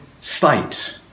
sight